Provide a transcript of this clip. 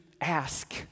ask